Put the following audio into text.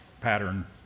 pattern